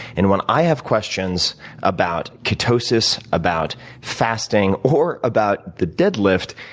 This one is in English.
and when i have questions about ketosis, about fasting, or about the deadlift,